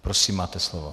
Prosím, máte slovo.